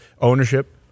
ownership